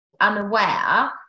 unaware